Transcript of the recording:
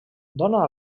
dóna